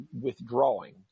withdrawing